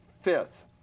fifth